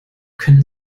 können